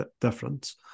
difference